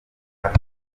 hafi